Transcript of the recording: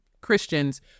Christians